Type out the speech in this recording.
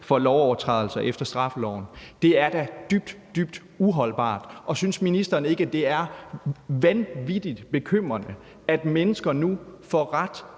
for lovovertrædelser efter straffeloven. Det er da dybt, dybt uholdbart. Synes ministeren ikke, at det er vanvittig bekymrende, at mennesker nu får ret